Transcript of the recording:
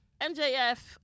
mjf